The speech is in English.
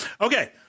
Okay